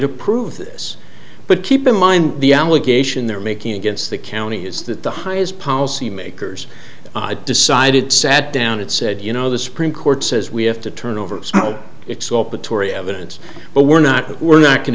to prove this but keep in mind the allegation they're making against the county is that the highest policymakers decided sat down and said you know the supreme court says we have to turn over its open tory evidence but we're not we're not going